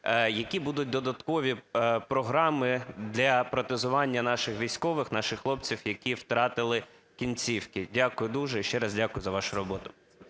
Які будуть додаткові програми для протезування наших військових, наших хлопців, які втратили кінцівки? Дякую дуже. Ще раз дякую за вашу роботу.